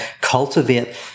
cultivate